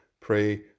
pray